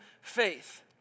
faith